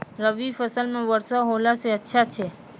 रवी फसल म वर्षा होला से अच्छा छै?